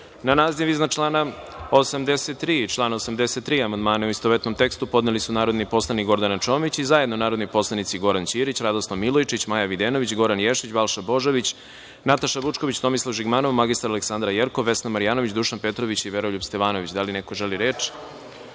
naziv iznad člana 83. člana 83. amandmana u istovetnom tekstu podneli su narodni poslanik Gordana Čomić i zajedno narodni poslanici Goran Ćirić, Radoslav Milojičić, Maja Videnović, Goran Ješić, Balša Božović, Nataša Vučković, Tomislav Žigmanov, mr Aleksandra Jerkov, Vesna Marjanović, Dušan Petrović i Veroljub Stevanović. Da li neko želi reč?